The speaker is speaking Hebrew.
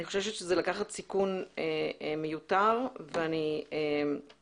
אני חושבת שזה לקחת סיכון מיותר ואני מעדיפה